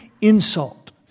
insult